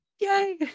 Yay